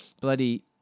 bloody